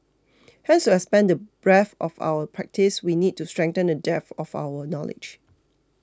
hence to expand the breadth of our practice we need to strengthen the depth of our knowledge